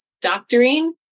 doctoring